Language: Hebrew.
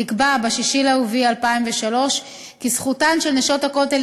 נקבע ב-6 באפריל 2003 כי זכותן של "נשות הכותל"